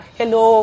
hello